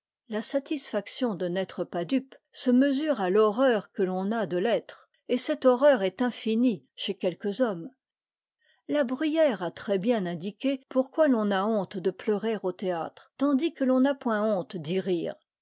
la satisfaction de n'être pas dupe se mesure à l'horreur que l'on a de l'être et cette horreur est infinie chez quelques hommes la bruyère a très bien indiqué pourquoi l'on a honte de pleurer au théâtre tandis que l'on n'a point honte d'y rire